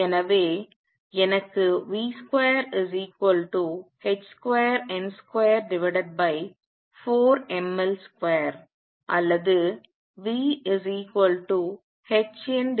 எனவே எனக்கு v2h2n24mL2 அல்லது vகிடைக்கிறது